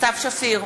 סתיו שפיר,